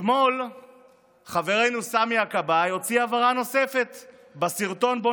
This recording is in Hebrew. אתמול חברנו סמי הכבאי הוציא הבהרה נוספת בסרטון שבו